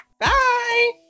Bye